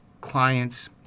clients